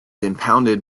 impounded